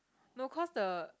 no cause the